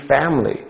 family